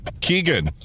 Keegan